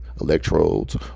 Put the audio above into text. electrodes